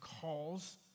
calls